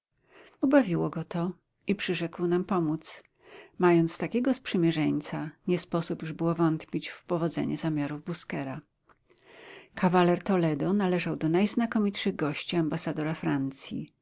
ubawiło go to i przyrzekł nam pomóc mając takiego sprzymierzeńca nie sposób już było wątpić w powodzenie zamiarów busquera kawaler toledo należał do najznakomitszych gości ambasadora francji